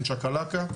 עם צ'קלקה,